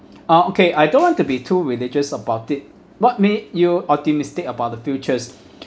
ah okay I don't want to be too religious about it what make you optimistic about the futures